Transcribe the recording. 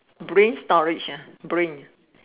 brain storage uh brain